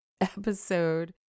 episode